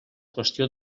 qüestió